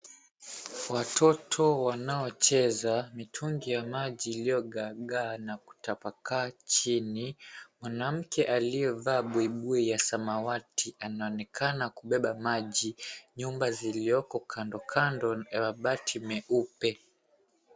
Watoto wanaocheza, mitungi ya maji iliyogaagaa na kutapakaa chini, mwanamke aliyevaa buibui ya samawati anaonekana kubeba maji, nyumba zilioko kando kando ya mabati meupe.